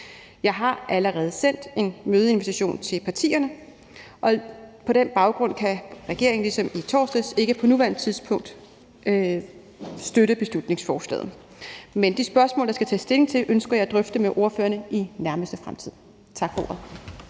Jeg har allerede sendt en mødeinvitation til partierne, og på den baggrund kan regeringen ligesom i torsdags ikke på nuværende tidspunkt støtte beslutningsforslaget. Men de spørgsmål, der skal tages stilling til, ønsker jeg at drøfte med ordførerne i nærmeste fremtid. Tak for ordet.